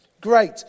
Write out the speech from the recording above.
Great